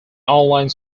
online